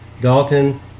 Dalton